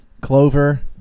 clover